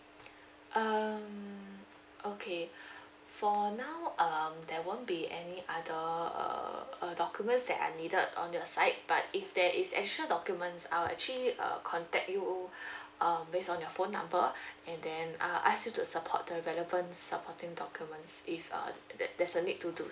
um okay for now um there won't be any other err uh documents that I needed on your side but if there is actual documents I'll actually uh contact you um based on your phone number and then I'll ask you to support the relevant supporting documents if uh th~ there there there's a need to do